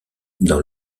dans